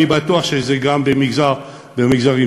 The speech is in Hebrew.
אני בטוח שזה גם במגזרים שונים.